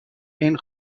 این